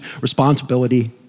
responsibility